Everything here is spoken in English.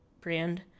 brand